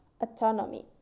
autonomy